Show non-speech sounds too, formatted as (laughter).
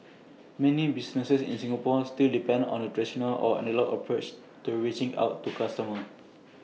many businesses in Singapore still depend on A traditional or analogue approach to reaching out (noise) to customers